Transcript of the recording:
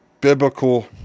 biblical